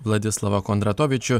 vladislavą kondratovičių